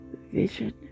vision